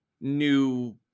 new